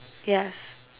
yes